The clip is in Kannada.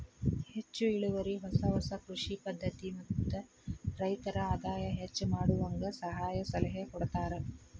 ಹೆಚ್ಚು ಇಳುವರಿ ಹೊಸ ಹೊಸ ಕೃಷಿ ಪದ್ಧತಿ ಮತ್ತ ರೈತರ ಆದಾಯ ಹೆಚ್ಚ ಮಾಡುವಂಗ ಸಹಾಯ ಸಲಹೆ ಕೊಡತಾರ